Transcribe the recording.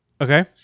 Okay